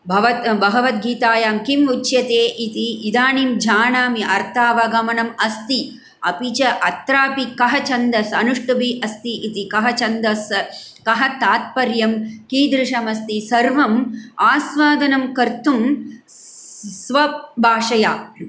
भवत् भगवद्गीतायां किम् उच्यते इति इदानीं जानामि अर्थावगमनम् अस्ति अपि च अत्रापि कः छन्दः अनुष्टुप् अस्ति इति कः छन्दः किम् तात्पर्यं कीदृशम् अस्ति सर्वम् आस्वादनं कर्तुं स्वभाषया